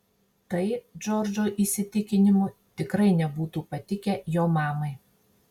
tai džordžo įsitikinimu tikrai nebūtų patikę jo mamai